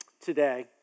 today